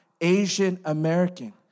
Asian-American